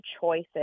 choices